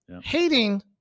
Hating